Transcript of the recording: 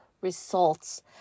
results